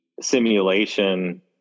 simulation